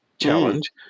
challenge